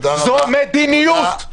זו מדיניות.